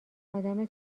آدم